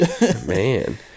Man